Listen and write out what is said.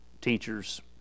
teachers